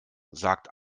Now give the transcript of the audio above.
sagte